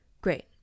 Great